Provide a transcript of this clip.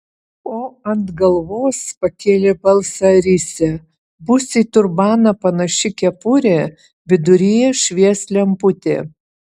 o ant galvos pakėlė balsą risia bus į turbaną panaši kepurė viduryje švies lemputė